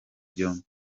byombi